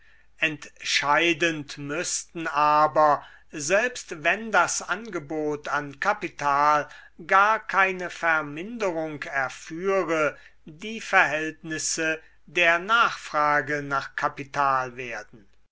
entscheidend müßten aber selbst wenn das angebot an kapital gar keine verminderung erführe die verhältnisse der nachfrage nach kapital werden